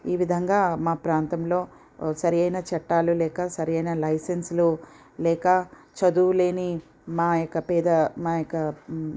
ఈ విధంగా మా ప్రాంతంలో సరియైన చట్టాలు లేక సరియైన లైసెన్స్లు లేక చదువులేని మా యొక్క పేద మా యొక్క